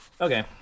Okay